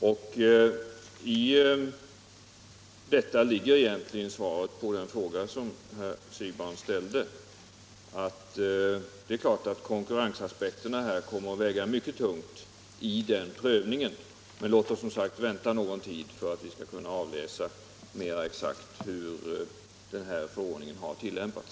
I detta ligger egentligen svaret på den fråga som herr Siegbahn ställde. Det är klart att konkurrensaspekterna kommer att väga mycket tungt i den prövningen, men låt oss som sagt vänta någon tid, så att vi skall kunna avläsa mera exakt hur förordningen har tillämpats!